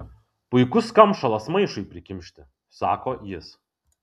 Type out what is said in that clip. puikus kamšalas maišui prikimšti sako jis